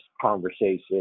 conversation